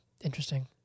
interesting